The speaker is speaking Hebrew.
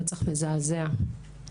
רצח מזעזע.